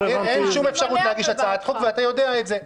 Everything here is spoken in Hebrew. אין שום אפשרות להגיש הצעת חוק, ואתה יודע את זה.